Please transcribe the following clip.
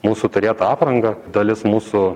mūsų turėtą aprangą dalis mūsų